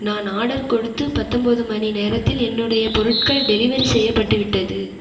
நான் ஆர்டர் கொடுத்து பத்தொன்பது மணி நேரத்தில் என்னுடைய பொருட்கள் டெலிவரி செய்யப்பட்டுவிட்டது